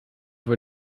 were